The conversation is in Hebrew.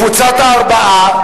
קבוצת הארבעה,